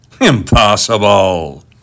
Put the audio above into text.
Impossible